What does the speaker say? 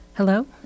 Hello